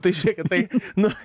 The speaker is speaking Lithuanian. tai žėkit tai nu